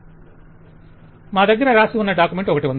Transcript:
client మా దగ్గర రాసి ఉన్న డాక్యుమెంట్ ఒకటి ఉంది